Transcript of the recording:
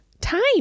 time